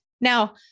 Now